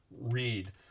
read